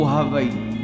Hawaii